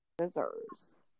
scissors